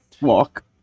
walk